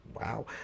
Wow